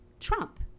Trump